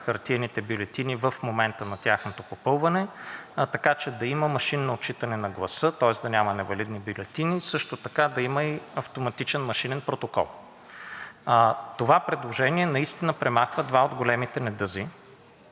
хартиените бюлетини в момента на тяхното попълване, така че да има машинно отчитане на гласа, тоест да няма невалидни бюлетини. Също така да има и автоматичен машинен протокол. Това предложение наистина премахва два от големите недъзи,